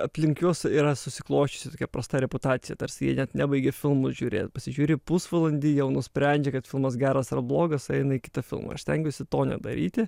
aplink juos yra susiklosčiusi tokia prasta reputacija tarsi jie net nebaigė filmo žiūrėt pasižiūri pusvalandį jau nusprendžia kad filmas geras ar blogas eina į kitą filmą aš stengiuosi to nedaryti